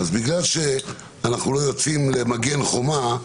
בגלל שאנחנו לא יוצאים למגן חומה,